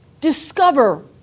discover